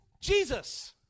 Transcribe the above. Jesus